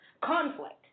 conflict